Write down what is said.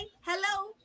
hello